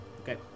Okay